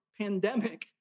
pandemic